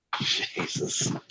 Jesus